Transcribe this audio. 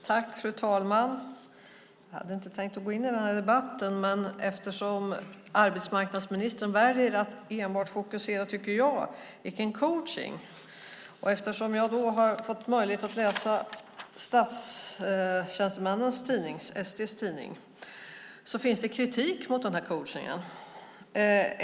Fru talman! Jag hade inte tänkt gå in i den här debatten men gör det ändå eftersom jag tycker att arbetsmarknadsministern väljer att enbart fokusera på coachning och eftersom jag har fått möjlighet att läsa statstjänstemännens tidning, ST:s tidning, där det finns kritik mot coachningen.